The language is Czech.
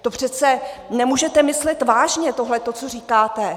To přece nemůžete myslet vážně tohleto, co říkáte?